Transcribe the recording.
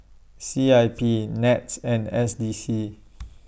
C I P Nets and S D C